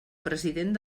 president